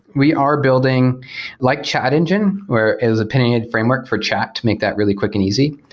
we are building like chat engine, whereas opinionated framework for chat to make that really quick and easy,